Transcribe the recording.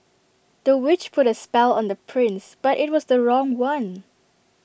the witch put A spell on the prince but IT was the wrong one